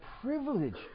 privilege